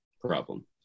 problem